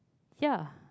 ya